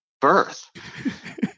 birth